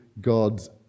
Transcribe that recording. god's